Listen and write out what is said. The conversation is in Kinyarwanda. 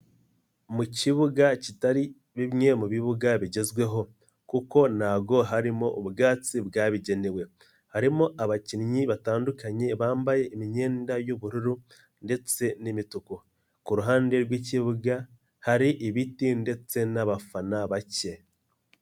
Mu kibuga kitari bimwe mu bibuga bigezweho kuko nago harimo ubwatsi bwabigenewe. Harimo abakinnyi batandukanye, bambaye imyenda y'ubururu ndetse n'imituku. Ku ruhande rw'ikibuga hari ibiti ndetse n'abafana bake.